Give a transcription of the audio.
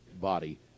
body